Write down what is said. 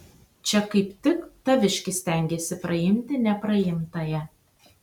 čia kaip tik taviškis stengiasi praimti nepraimtąją